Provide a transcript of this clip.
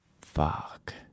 Fuck